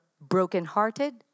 brokenhearted